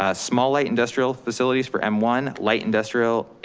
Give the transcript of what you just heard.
ah small, light, industrial facilities for m one, light industrial,